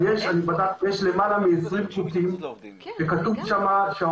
יש למעלה מ-20 חוקים, וכתוב שם-